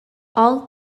all